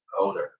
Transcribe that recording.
owner